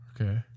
Okay